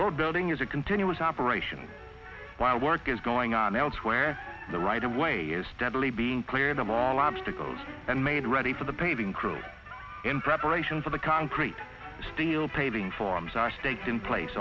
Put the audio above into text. road building is a continuous operation by workers going on elsewhere the right away is steadily being cleared of all obstacles and made ready for the paving crew in preparation for the concrete steel paving forms i stated in place